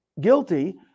guilty